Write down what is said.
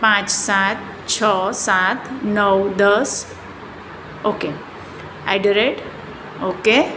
પાંચ સાત છ સાત નવ દસ okay at the rate okay